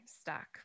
stuck